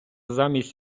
замість